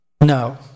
No